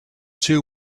two